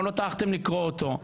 גם לא טרחתם לקרוא אותו,